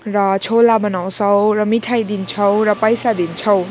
र छोला बनाउँछौँ र मिठाई दिन्छौँ र पैसा दिन्छौँ